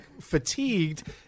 fatigued